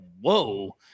whoa